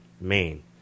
Main